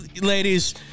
ladies